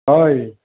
হয়